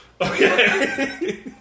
Okay